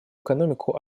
экономику